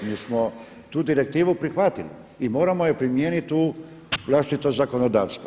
Mi smo tu direktivu prihvatili i moramo je primijeniti u vlastito zakonodavstvo.